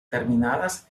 terminadas